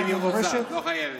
את לא חייבת.